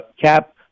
Cap